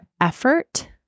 effort